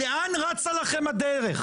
לאן רצה לכם הדרך?